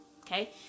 Okay